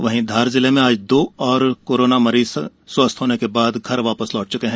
वहीं धार जिले में आज दो और कोरोना मरीज स्वस्थ होने के बाद घर लौट चुके हैं